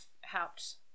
helped